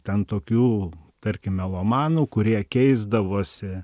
ten tokių tarkim melomanų kurie keisdavosi